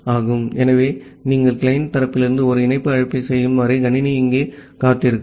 ஆகவே நீங்கள் கிளையன்ட் தரப்பிலிருந்து ஒரு இணைப்பு அழைப்பைச் செய்யும் வரை கணினி இங்கே காத்திருக்கும்